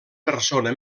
persona